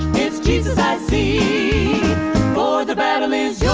it's jesus i see for the battle is